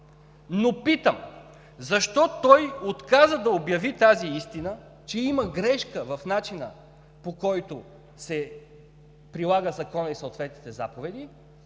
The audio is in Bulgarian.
Но питам: защо той отказа да обяви тази истина, че има грешка в начина, по който се прилага Законът и съответните заповеди,